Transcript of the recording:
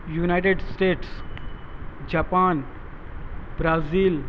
United States Japan Brazil